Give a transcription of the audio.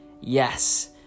Yes